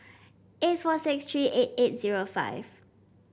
eight four six three eight eight zero five